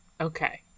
Okay